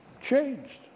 changed